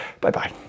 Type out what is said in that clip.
bye-bye